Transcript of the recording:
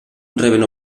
reben